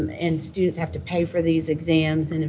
and students have to pay for these exams, and